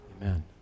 Amen